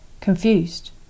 confused